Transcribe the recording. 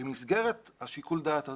במסגרת שיקול הדעת הזה,